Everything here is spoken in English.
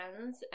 friends